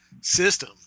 system